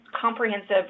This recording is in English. comprehensive